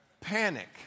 panic